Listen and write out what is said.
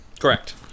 Correct